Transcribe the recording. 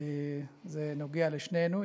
זה נוגע לשנינו.